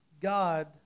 God